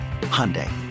Hyundai